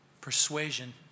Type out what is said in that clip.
persuasion